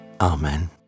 Amen